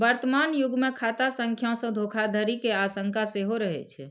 वर्तमान युग मे खाता संख्या सं धोखाधड़ी के आशंका सेहो रहै छै